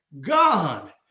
God